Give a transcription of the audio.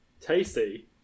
Tasty